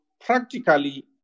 practically